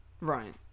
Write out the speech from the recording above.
Right